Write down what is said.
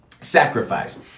Sacrifice